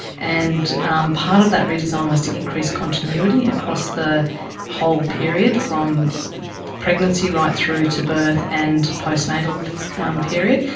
and um part of that redesign was to increase continuity across the whole period, from pregnancy right through to birth and hte postnatal um period,